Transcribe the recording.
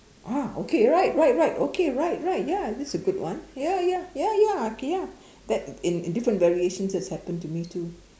ah okay right right right okay right right ya that's a good one ya ya ya ya I can ya that in in different variations has happened to me too